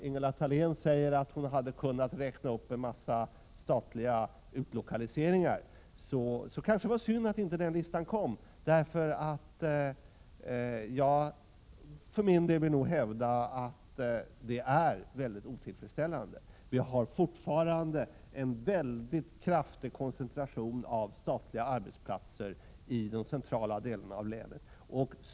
Ingela Thalén säger att hon hade kunnat räkna upp en mängd statliga utlokaliseringar. Det var kanske synd att inte den listan kom. Jag vill för min del hävda att situationen är mycket otillfredsställande. Vi har fortfarande en väldigt kraftig koncentration av statliga arbetsplatser i de centrala delarna av länet.